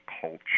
culture